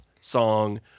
song